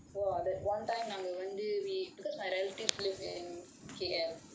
!wah! that one time நாங்க வந்து:naanga vanthu we because my relatives live in K_L